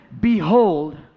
Behold